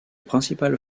principal